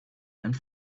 and